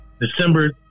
December